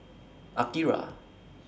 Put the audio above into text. Akira